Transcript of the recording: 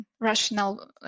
rational